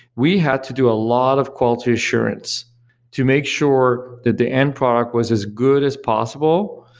we had to do a lot of quality assurance to make sure that the end product was as good as possible,